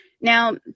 Now